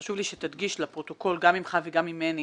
חשוב לי שתדגיש לפרוטוקול גם ממך וגם ממני